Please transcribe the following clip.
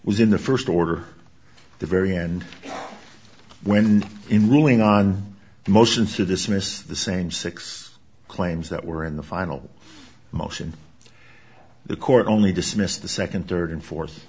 was in the first order the very end when in ruling on motions to dismiss the same six claims that were in the final motion the court only dismissed the second third and fourth